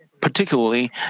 Particularly